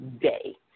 day